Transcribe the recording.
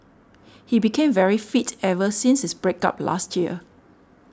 he became very fit ever since his break up last year